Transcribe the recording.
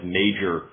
major